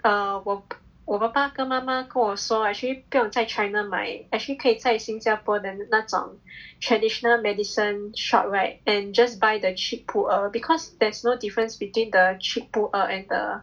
err 我爸爸跟妈妈跟我说 actually 不用在 China 买 actually 可以在新加坡的那种 traditional medicine shop right and just buy the cheap 普洱 because there's no difference between the cheap 普洱 and the